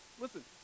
listen